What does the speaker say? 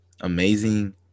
amazing